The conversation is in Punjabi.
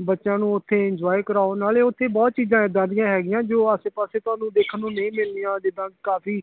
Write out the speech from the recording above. ਬੱਚਿਆਂ ਨੂੰ ਉੱਥੇ ਇੰਜੋਏ ਕਰਵਾਓ ਨਾਲ ਉੱਥੇ ਬਹੁਤ ਚੀਜ਼ਾਂ ਇੱਦਾਂ ਦੀਆਂ ਹੈਗੀਆਂ ਜੋ ਆਸੇ ਪਾਸੇ ਤੁਹਾਨੂੰ ਦੇਖਣ ਨੂੰ ਨਹੀਂ ਮਿਲਣੀਆਂ ਜਿੱਦਾਂ ਕਾਫੀ